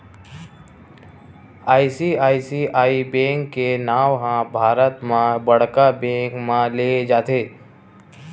ICICI bank के नांव ह भारत म बड़का बेंक म लेय जाथे